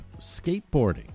skateboarding